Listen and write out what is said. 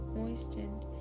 moistened